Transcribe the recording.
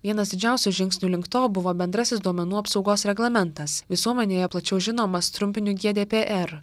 vienas didžiausių žingsnių link to buvo bendrasis duomenų apsaugos reglamentas visuomenėje plačiau žinomas trumpiniu gdpr